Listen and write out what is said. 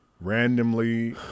randomly